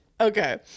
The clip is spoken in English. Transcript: Okay